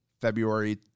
February